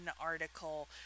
article